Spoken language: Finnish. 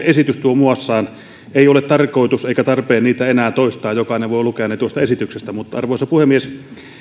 esitys tuo muassaan ei ole tarkoitus eikä tarpeen niitä enää toistaa jokainen voi lukea ne tuosta esityksestä arvoisa puhemies